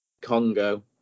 Congo